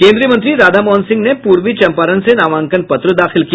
केन्द्रीय मंत्री राधामोहन सिंह ने पूर्वी चम्पारण से नामांकन पत्र दाखिल किया